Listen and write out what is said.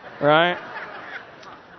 Right